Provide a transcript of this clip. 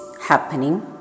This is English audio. happening